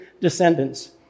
descendants